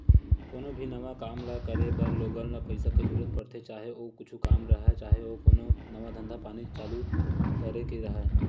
कोनो भी नवा काम ल करे बर लोगन ल पइसा के जरुरत पड़थे, चाहे ओ कुछु काम राहय, चाहे ओ कोनो नवा धंधा पानी चालू करे के राहय